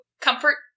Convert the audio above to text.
comfort